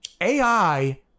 AI